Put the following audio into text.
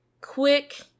quick